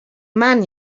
man